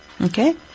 Okay